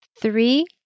Three